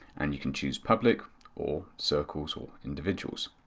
and you can choose public or circles or individuals.